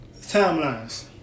timelines